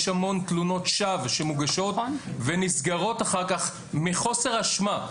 יש המון תלונות שווא שמוגשות ונסגרות אחר כך מחוסר אשמה.